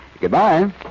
Goodbye